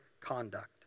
conduct